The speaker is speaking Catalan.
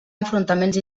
enfrontaments